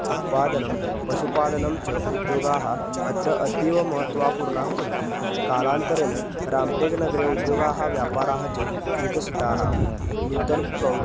उत्पादनं पशुपालनं च उद्योगाः अत्र अतीवमहत्त्वपूर्णाः सन्ति कालान्तरेण राम्टेग्नगरे उद्योगाः व्यापाराः च विकसिताः नूतनं प्रौद्